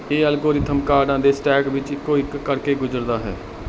ਇਹ ਐਲਗੋਰਿਥਮ ਕਾਰਡਾਂ ਦੇ ਸਟੈਕ ਵਿੱਚ ਇੱਕੋ ਇੱਕ ਕਰਕੇ ਗੁਜ਼ਰਦਾ ਹੈ